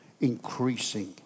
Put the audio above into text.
increasing